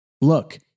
Look